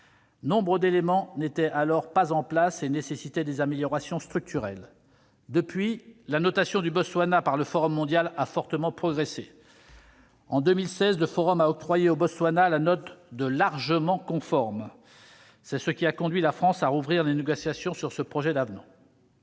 Nombre d'éléments n'étaient alors pas en place et nécessitaient des améliorations structurelles. Depuis, la notation du Botswana par le Forum mondial a fortement progressé. En 2016, celui-ci lui a octroyé la note de « largement conforme », ce qui a conduit la France à rouvrir les négociations sur ce projet d'avenant.